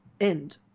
End